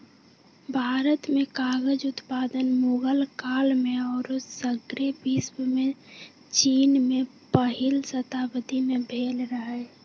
भारत में कागज उत्पादन मुगल काल में आऽ सग्रे विश्वमें चिन में पहिल शताब्दी में भेल रहै